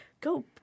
go